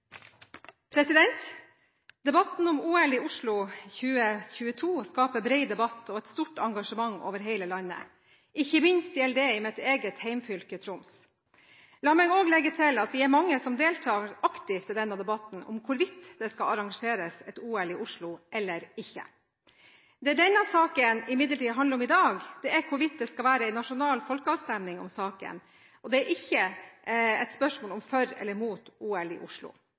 et stort engasjement over hele landet, ikke minst gjelder det i mitt eget hjemfylke, Troms. La meg også legge til at vi er mange som deltar aktivt i denne debatten om hvorvidt det skal arrangeres et OL i Oslo eller ikke. Det denne saken imidlertid handler om i dag, er hvorvidt det skal være en nasjonal folkeavstemning om saken. Det er ikke et spørsmål om for eller imot OL i Oslo.